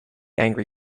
angry